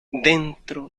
dentro